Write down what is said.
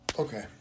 Okay